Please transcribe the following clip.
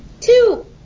Two